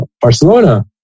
Barcelona